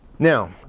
Now